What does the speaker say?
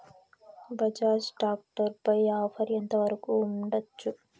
Bajaj tractor పై offer ఎంత వరకు ఉండచ్చు?